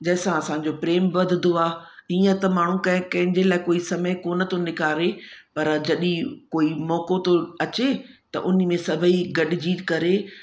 जंहिंसां असांजो प्रेम वधंदो आहे ईअं त माण्हू कंहिं कंहिंजे लाइ समय कोन थो निकारे पर जॾहिं कोई मौक़ो थो अचे त उन में सभेई गॾिजी करे